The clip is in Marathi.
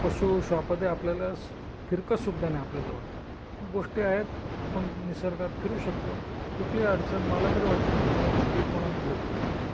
पशु श्वापदे आपल्याला स फिरकतसुद्धा नाही आपल्याजवळ त्या गोष्टी आहेत आपण निसर्गात फिरू शकतो कुठलीही अडचण मला तरी वाटतच नाही काही कोणाला होईल